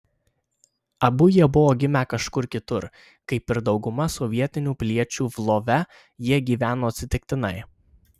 abu jie buvo gimę kažkur kitur kaip ir dauguma sovietinių piliečių lvove jie gyveno atsitiktinai